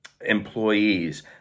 employees